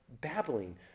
babbling